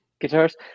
guitars